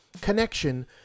connection